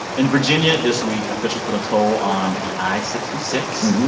in virginia this week, officials put a toll on the i sixty six.